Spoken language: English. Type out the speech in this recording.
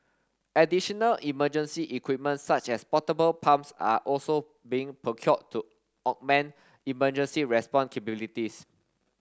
additional emergency equipment such as portable pumps are also being procured to augment emergency response capabilities